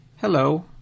Hello